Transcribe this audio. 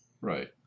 Right